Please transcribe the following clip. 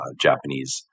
Japanese